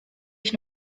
ich